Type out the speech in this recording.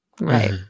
Right